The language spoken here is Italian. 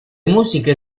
musiche